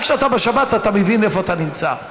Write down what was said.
רק כשאתה בשבת אתה מבין איפה אתה נמצא.